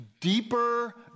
deeper